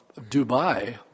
Dubai